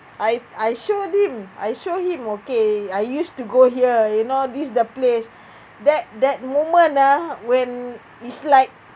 I I showed him I showed him okay I used to go here you know this the place that that moment ah when it's like